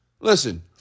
Listen